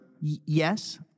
Yes